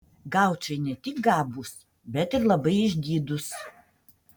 gaučai ne tik gabūs bet ir labai išdidūs